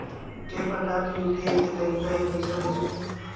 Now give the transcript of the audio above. के प्रकार के यू.पी.आई के तरीका हे पईसा भेजे के?